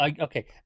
Okay